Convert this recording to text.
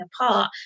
apart